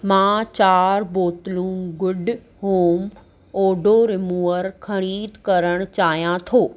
मां चार बोतलूं गुड होम ओडो रिमूवर ख़रीद करणु चाहियां थो